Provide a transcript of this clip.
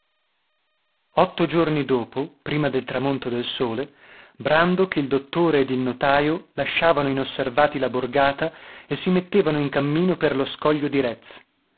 otto giorni dopo prima del tramonto del sole brandok il dottore ed il notaio lasciavano inosservati la borgata e si mettevano in cammino per lo scoglio di